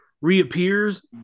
reappears